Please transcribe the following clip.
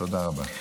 תודה רבה.